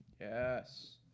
Yes